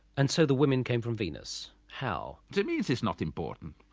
and so the women came from venus how? the means is not important,